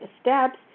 steps